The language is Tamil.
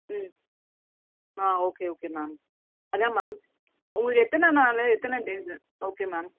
ம் ஆ ஓகே ஓகே மேம் அதுதான் மேம் உங்களுக்கு எத்தனை நாள் எத்தனை டேஸ்ஸு ஓகே மேம்